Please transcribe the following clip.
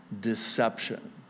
deception